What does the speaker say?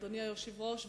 אדוני היושב-ראש,